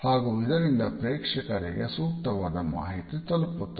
ಹಾಗು ಇದರಿಂದ ಪ್ರೇಕ್ಷೆಕಾರಿಗೆ ಸೂಕ್ತವಾದ ಮಾಹಿತಿ ತಲುಪುತ್ತದೆ